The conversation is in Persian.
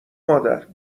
مادر